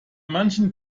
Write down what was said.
manchen